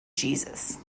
jesus